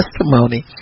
testimony